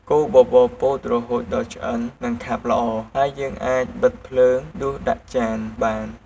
កូរបបរពោតរហូតដល់ឆ្អិន និងខាប់ល្អ ហើយយើងអាចបិទភ្លើង ដួសដាក់ចានបាន។